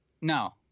No